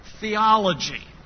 theology